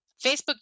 Facebook